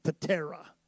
patera